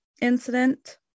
incident